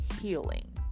healing